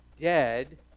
dead